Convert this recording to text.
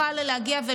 נדרשים להגיש תלונה,